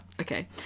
okay